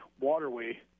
waterway